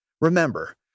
Remember